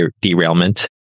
derailment